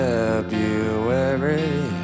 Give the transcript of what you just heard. February